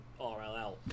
RLL